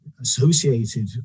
associated